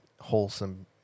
wholesome